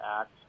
act